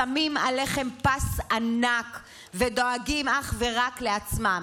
שמים עליכם פס ענק ודואגים אך ורק לעצמם.